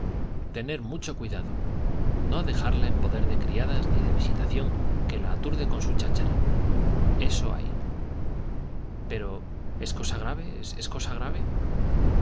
tener mucho cuidado no dejarla en poder de criadas ni de visitación que la aturde con su cháchara eso hay pero es cosa grave es cosa grave